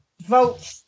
vote